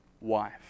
wife